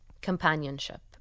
companionship